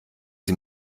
sie